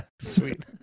Sweet